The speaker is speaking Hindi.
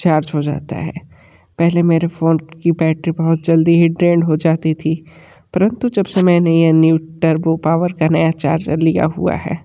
चार्ज हो जाता है पहले मेरे फ़ोन की बैटरी बहुत जल्दी ही ड्रेन हो जाती थी परंतु जब से मैंने ये न्यू टर्बो पावर का नया चार्जर लिया हुआ है